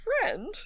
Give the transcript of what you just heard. friend